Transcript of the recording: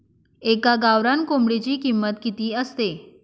एका गावरान कोंबडीची किंमत किती असते?